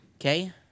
Okay